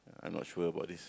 I not sure about this